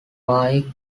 pie